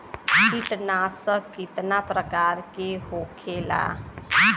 कीटनाशक कितना प्रकार के होखेला?